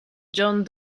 john